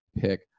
pick